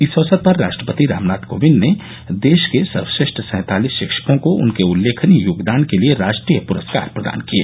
इस अवसर पर राष्ट्रपति रामनाथ कोविंद ने देश के सर्वश्रेष्ठ सैंतालिस शिक्षकों को उनके उल्लेखनीय योगदान के लिए राष्ट्रीय पुरस्कार प्रदान किए